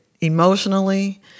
emotionally